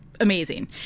amazing